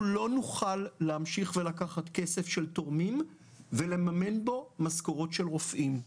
אנחנו לא נוכל להמשיך ולקחת כסף של תורמים ולממן בו משכורות של רופאים.